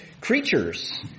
creatures